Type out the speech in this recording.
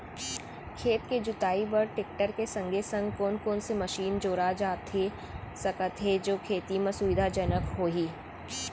खेत के जुताई बर टेकटर के संगे संग कोन कोन से मशीन जोड़ा जाथे सकत हे जो खेती म सुविधाजनक होही?